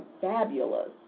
fabulous